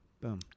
boom